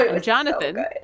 Jonathan